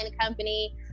company